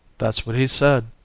that's what he said.